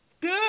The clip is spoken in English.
Good